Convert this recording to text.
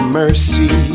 mercy